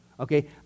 Okay